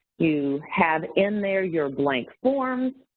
you have in there your blank forms,